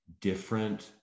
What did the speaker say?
Different